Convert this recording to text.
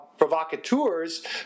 provocateurs